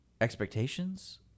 expectations